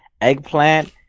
eggplant